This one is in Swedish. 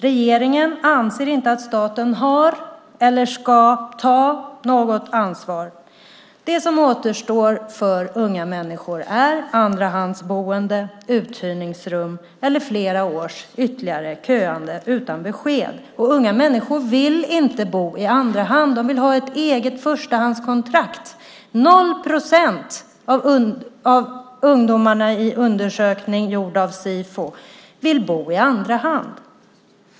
Regeringen anser inte att staten har eller ska ta något ansvar. Det som återstår för unga människor är andrahandsboende, uthyrningsrum eller flera års ytterligare köande utan besked. Unga människor vill inte bo i andra hand. De vill ha ett eget förstahandskontrakt. 0 procent av ungdomarna i en undersökning gjord av Sifo vill bo i andra hand.